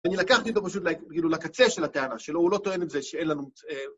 ואני לקחתי אותו פשוט, כאילו, לקצה של הטענה, שלא הוא לא טוען עם זה שאין לנו...